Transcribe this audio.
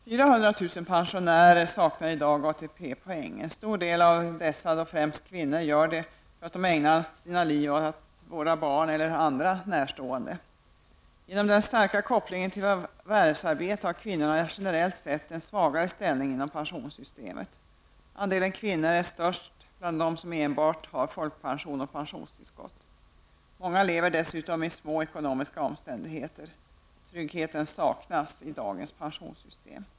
Många av dessa, främst kvinnor, saknar ATP poäng därför att de har ägnat sina liv åt att vårda barn eller andra närstående. Genom den starka kopplingen till förvärvsarbete har kvinnorna generellt sett en svagare ställning inom pensionssystemet. Andelen kvinnor är störst när det gäller dem som enbart har folkpension och pensionstillskott. Många lever dessutom under knappa ekonomiska omständigheter. Tryggheten saknas i dagens pensionssystem.